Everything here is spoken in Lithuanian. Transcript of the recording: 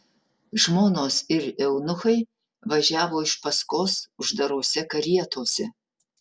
žmonos ir eunuchai važiavo iš paskos uždarose karietose